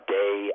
day